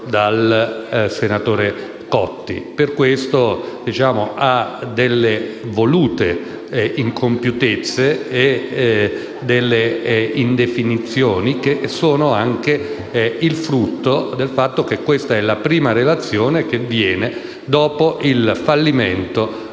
dal senatore Cotti, e per questo ha delle volute incompiutezze e delle indefinitezze, frutto anche del fatto che questa è la prima relazione che viene dopo il fallimento